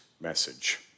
message